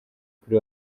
kuri